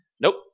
Nope